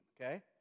okay